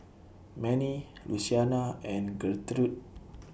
Mannie Luciana and Gertrude